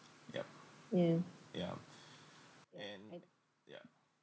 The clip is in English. yup yeah and yup